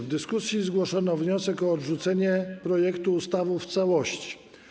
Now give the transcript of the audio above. W dyskusji zgłoszono wniosek o odrzucenie projektu ustawy w całości.